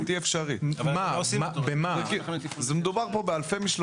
זה כבר ארוז, מגיע מהחנות לחלק האחורי.